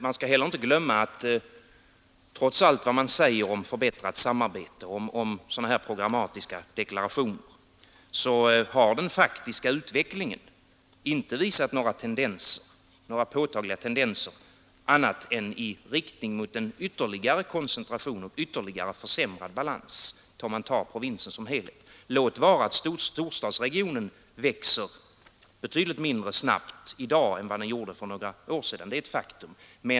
Man skall heller inte glömma att trots allt vad man säger om förbättrat samarbete och programmatiska deklarationer har den faktiska utvecklingen inte visat några påtagliga tendenser i annan riktning än mot ytterligare koncentration och ytterligare försämrad balans i provinsen som helhet, låt vara att storstadsregionen i dag växer betydligt mindre snabbt än för några år sedan.